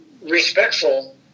respectful